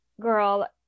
girl